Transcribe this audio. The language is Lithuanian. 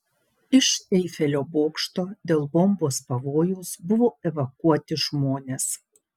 iš eifelio bokšto dėl bombos pavojaus buvo evakuoti žmonės